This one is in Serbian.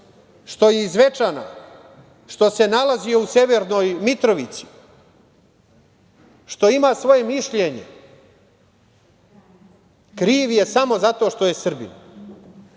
Što je iz Zvečana. Što se nalazi u Severnoj Mitrovici. Što ima svoje mišljenje. Kriv je samo zato što je